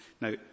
Now